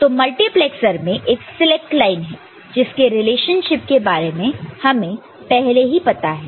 तो मल्टीप्लैक्सर में एक सिलेक्ट लाइन है जिसके रिलेशनशिप के बारे में हमें पहले ही पता है